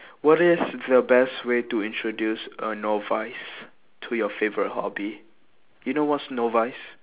what is the best way to introduce a novice to your favourite hobby do you know what's novice